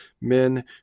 men